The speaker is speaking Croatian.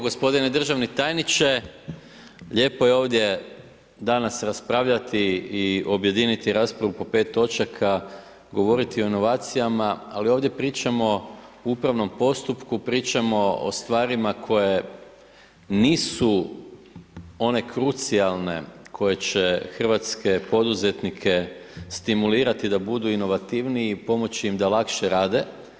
Gospodine državni tajniče, lijepo je ovdje danas raspravljati objediniti raspravu po 5 točaka, govoriti o inovacijama, ali ovdje pričamo u upravnom postupku, pričamo o stvarima koje nisu one krucijalne, koje će hrvatske poduzetnike stimulirati da budu inovativniji i pomoći im da lakše rade.